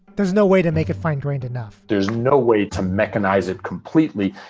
there's no way to make a fine grained enough there's no way to mechanize it completely,